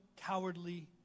cowardly